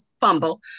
fumble